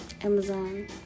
amazon